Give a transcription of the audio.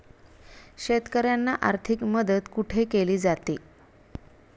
शेतकऱ्यांना आर्थिक मदत कुठे केली जाते?